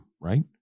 right